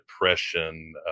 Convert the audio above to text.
depression